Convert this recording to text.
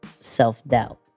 self-doubt